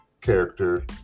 character